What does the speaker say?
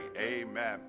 amen